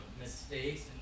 mistakes